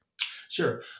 Sure